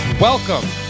welcome